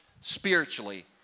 spiritually